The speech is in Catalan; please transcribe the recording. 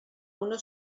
una